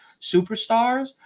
superstars